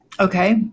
Okay